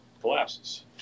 collapses